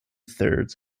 thirds